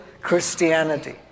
Christianity